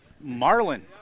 Marlin